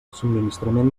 subministrament